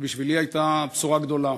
בשבילי הייתה בשורה גדולה,